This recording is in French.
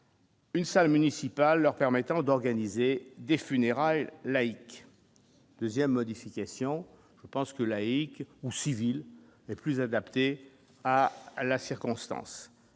Une salle municipale, leur permettant d'organiser des funérailles laïques 2ème modification je pense que laïque ou civil, plus adapté à la circonstance